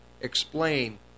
explain